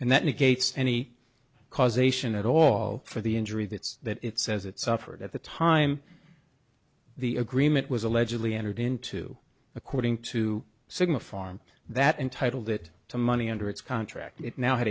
and that negates any causation at all for the injury that's that it says it suffered at the time the agreement was allegedly entered into according to signify arm that entitled it to money under its contract it now had